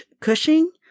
Cushing